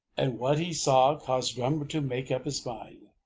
and what he saw caused drummer to make up his mind.